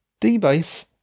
DBase